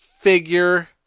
figure